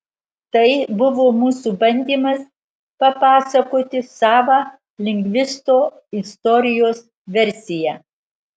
tai buvo mūsų bandymas papasakoti savą lindgvisto istorijos versiją